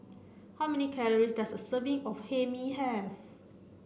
how many calories does a serving of Hae Mee have